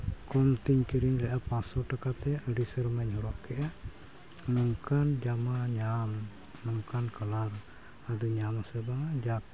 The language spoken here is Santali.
ᱠᱚᱢ ᱛᱮᱧ ᱠᱤᱨᱤᱧ ᱞᱮᱜᱼᱟ ᱯᱟᱸᱪᱥᱚ ᱴᱟᱠᱟᱛᱮ ᱟᱹᱰᱤ ᱥᱮᱨᱢᱟᱧ ᱦᱚᱨᱚᱜ ᱠᱮᱜᱼᱟ ᱱᱚᱝᱠᱟᱱ ᱡᱟᱢᱟ ᱧᱟᱢ ᱱᱚᱝᱠᱟᱱ ᱠᱟᱞᱟᱨ ᱟᱫᱚᱧ ᱧᱟᱢ ᱟᱥᱮ ᱵᱟᱝᱟ ᱡᱟᱠ